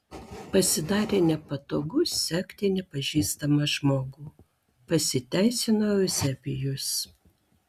pasidarė nepatogu sekti nepažįstamą žmogų pasiteisino euzebijus